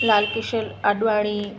Lal Kishore Advani